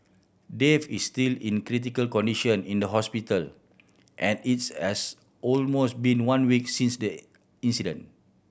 Dave is still in critical condition in the hospital and its has almost been one week since the incident